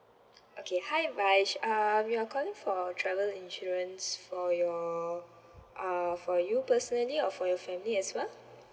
okay hi vaij uh you are calling for travel insurance for your uh for you personally or for your family as well